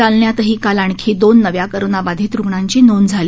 जालन्यातही काल आणखी दोन नव्या कोरोनाबाधित रुग्णांची नोंद झाली